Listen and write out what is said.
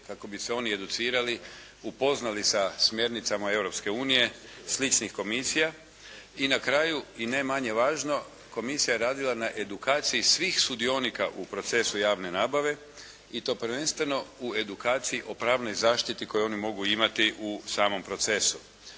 kako bi se oni educirali, upoznali sa smjernicama Europske unije, sličnih komisija. I na kraju, i ne manje važno, Komisija je radila na edukaciji svih sudionika u procesu javne nabave i to prvenstveno u edukaciji o pravnoj zaštiti koju oni mogu imati u samom procesu.